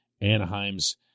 Anaheim's